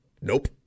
nope